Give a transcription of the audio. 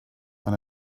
and